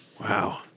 Wow